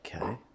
Okay